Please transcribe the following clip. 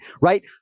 right